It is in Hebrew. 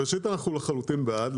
ראשית, אנחנו לחלוטין בעד.